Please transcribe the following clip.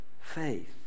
faith